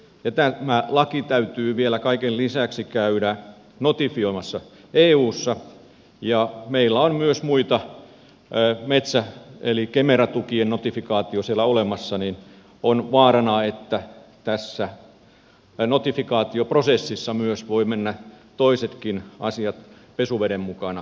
kun tämä laki täytyy vielä kaiken lisäksi käydä notifioimassa eussa ja meillä on myös muita metsä eli kemera tukien notifikaatio siellä olemassa niin on vaarana että tässä notifikaatioprosessissa voivat mennä toisetkin asiat pesuveden mukana pois